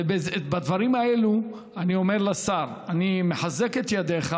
ובדברים האלו אני אומר לשר: אני מחזק את ידיך,